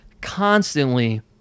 constantly